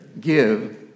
give